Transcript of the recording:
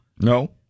No